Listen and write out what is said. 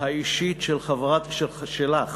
האישית שלך,